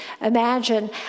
imagine